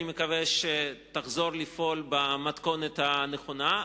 אני מקווה שתחזור לפעול במתכונת הנכונה,